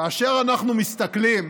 כאשר אנחנו מסתכלים